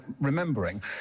remembering